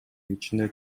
кичине